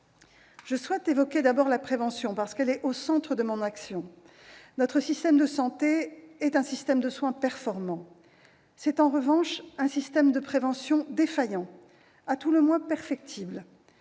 Je souhaite évoquer d'abord la prévention, parce qu'elle est au centre de mon action. Notre système de santé est un système de soins performant. En revanche, c'est un système de prévention défaillant, à tout le moins perfectible.